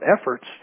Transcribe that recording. efforts